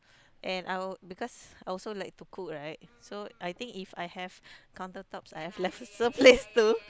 and I would because I also like to cook right so I think If I have counter tops I have lesser place too